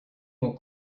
will